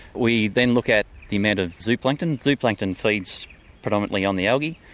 we then look at the amount of zooplankton. zooplankton feeds predominantly on the algae,